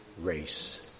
race